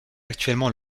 actuellement